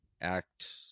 act